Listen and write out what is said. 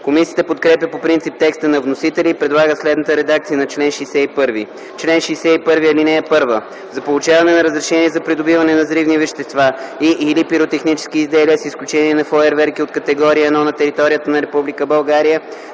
Комисията подкрепя по принцип текста на вносителя и предлага следната редакция на чл. 61: „Чл. 61. (1) За получаване на разрешение за придобиване на взривни вещества и/или пиротехнически изделия, с изключение на фойерверки от категория 1, на територията на Република